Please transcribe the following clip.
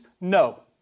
No